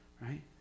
right